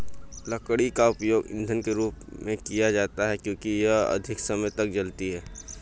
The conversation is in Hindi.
लकड़ी का उपयोग ईंधन के रूप में किया जाता है क्योंकि यह अधिक समय तक जलती है